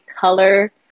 color